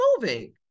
moving